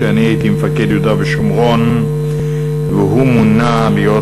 כשאני הייתי מפקד יהודה ושומרון והוא מונה להיות